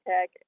Tech